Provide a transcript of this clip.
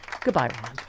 goodbye